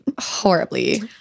horribly